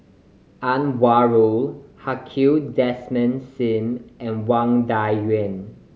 Anwarul Haque Desmond Sim and Wang Dayuan